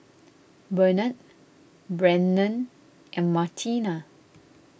Benard Brennan and Martina